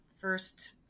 first